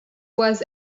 was